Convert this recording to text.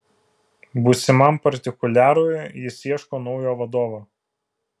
būsimam partikuliarui jis ieško naujo vadovo